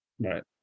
Right